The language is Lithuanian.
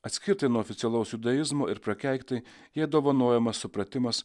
atskirtai nuo oficialaus judaizmo ir prakeiktai jai dovanojamas supratimas